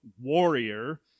warrior